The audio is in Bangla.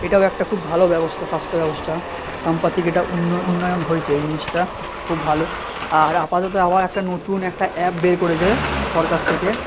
এটাও একটা খুব ভালো ব্যবস্থা স্বাস্থ্য ব্যবস্তা সাম্পাতিক এটা উন্ন উন্নয়ন হয়েছে এই জিনিসটা খুব ভালো আর আপাতত আবার একটা নতুন একটা অ্যাপ বের করেছে সরকার থেকে